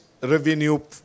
revenue